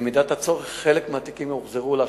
ובמידת הצורך חלק מהתיקים הוחזרו להשלמה.